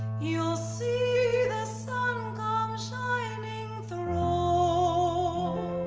you'll see the sun come shining through so